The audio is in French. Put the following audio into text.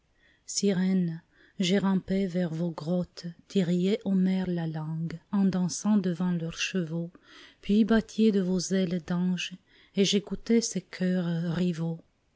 sirènes j'ai rampé vers vos grottes tiriez aux mers la langue en dansant devant leurs chevaux puis battiez de vos ailes d'anges et j'écoutais ces chœurs rivaux